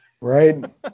Right